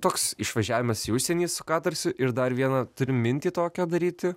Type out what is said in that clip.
toks išvažiavimas į užsienį su katarsiu ir dar vieną mintį tokią daryti